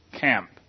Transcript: camp